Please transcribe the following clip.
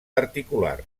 articular